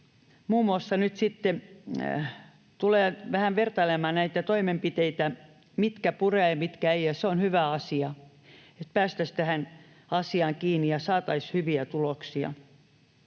muun muassa Karvi nyt sitten tulee vähän vertailemaan näitä toimenpiteitä, mitkä purevat ja mitkä eivät, ja se on hyvä asia, että päästäisiin tähän asiaan kiinni ja saataisiin hyviä tuloksia,